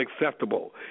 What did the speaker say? unacceptable